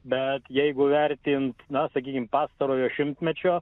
bet jeigu vertint na sakykim pastarojo šimtmečio